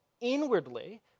inwardly